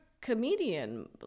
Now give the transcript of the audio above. comedian